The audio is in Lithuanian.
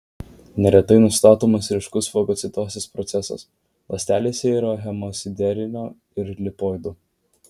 neretai nustatomas ryškus fagocitozės procesas ląstelėse yra hemosiderino ir lipoidų